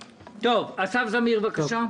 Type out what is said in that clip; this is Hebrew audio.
אסף זמיר, בבקשה.